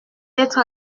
être